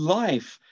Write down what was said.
life